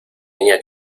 niña